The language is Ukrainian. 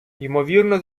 імовірно